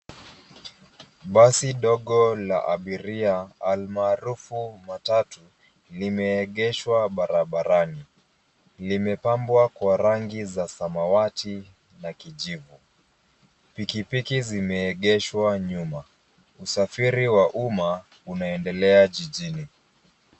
Basi dogo la abiria almaarufu matatu, limeegeshwa barabarani. Limepambwa kwa rangi za samawati na kijivu. Pikipiki zimeegeshwa nyuma. Usafiri wa umma unaendelea jijini.